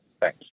Thanks